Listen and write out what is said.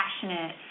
passionate